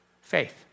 faith